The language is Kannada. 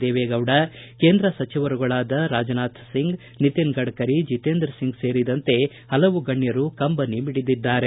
ದೇವೆಗೌಡ ಕೇಂದ್ರ ಸಚಿವರುಗಳಾದ ರಾಜನಾಥ ಸಿಂಗ್ ನಿತಿನ್ ಗಡ್ಡರಿ ಜೀತೇಂದ್ರ ಸಿಂಗ್ ಸೇರಿದಂತೆ ಹಲವು ಗಣ್ಣರು ಸಂತಾಪ ಸೂಚಿಸಿದ್ದಾರೆ